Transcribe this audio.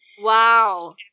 Wow